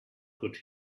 could